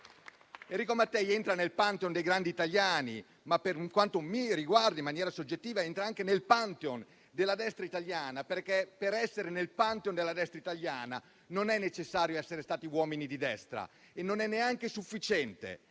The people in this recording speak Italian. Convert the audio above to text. riguarda, entra nel pantheon dei grandi italiani, ma per quanto mi riguarda, in maniera soggettiva, entra anche nel pantheon della destra Italiana, perché, per essere nel pantheon della destra italiana, non è necessario essere stati uomini di destra e non è neanche sufficiente;